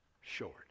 short